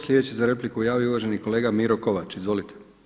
Sljedeći se za repliku javio uvaženi kolega Miro Kovač, izvolite.